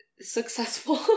successful